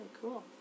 cool